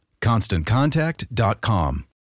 ConstantContact.com